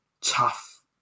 tough